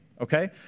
Okay